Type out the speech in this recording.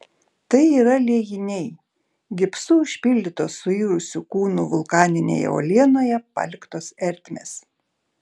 tai yra liejiniai gipsu užpildytos suirusių kūnų vulkaninėje uolienoje paliktos ertmės